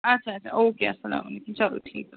اَچھا اَچھا okay اسلام علیکُم چلو ٹھیٖک حظ